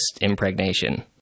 impregnation